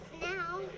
now